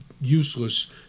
useless